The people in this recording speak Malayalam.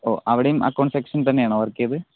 ഓഹ് അവിടെയും അക്കൌണ്ട് സെക്ഷനിൽ തന്നെ ആയിരുന്നോ വർക്ക് ചെയ്തത്